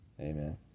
amen